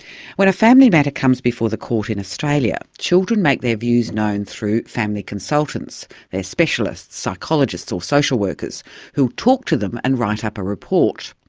when a family matter comes before the court in australia, children make their views known through family consultants they're specialists, psychologists or social workers who'll talk to them and write up a report.